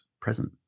present